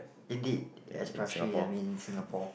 indeed especially I mean Singapore